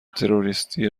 تروریستی